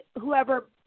whoever